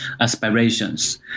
aspirations